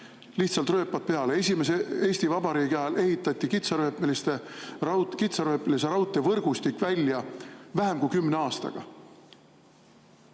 lihtsalt rööpad peale! Esimese Eesti Vabariigi ajal ehitati kitsarööpmelise raudtee võrgustik välja vähem kui kümne aastaga.